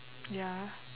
ya